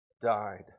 died